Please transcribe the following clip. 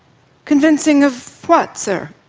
convincing of what, sir?